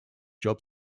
job